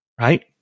right